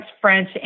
French